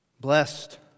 Blessed